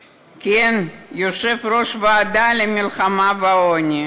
כן, יושב-ראש הוועדה למלחמה בעוני,